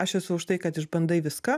aš esu už tai kad išbandai viską